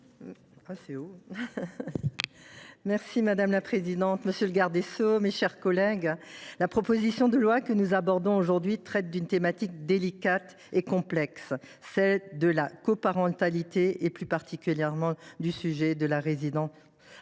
Madame la présidente, monsieur le garde des sceaux, mes chers collègues, la proposition de loi que nous examinons aujourd’hui traite d’une question délicate et complexe, celle de la coparentalité et, plus particulièrement, de la résidence